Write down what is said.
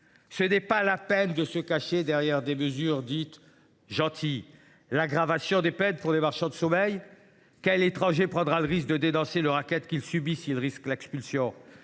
Ce n’est pas la peine de se cacher derrière des mesures dites « gentilles »! L’aggravation des peines pour les marchands de sommeil ? Quel étranger prendra le risque de dénoncer le racket qu’il subit s’il risque l’expulsion ?